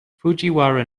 fujiwara